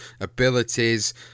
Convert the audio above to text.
abilities